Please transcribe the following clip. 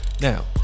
Now